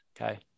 okay